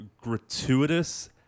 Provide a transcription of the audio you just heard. gratuitous